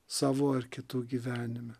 savo ar kitų gyvenime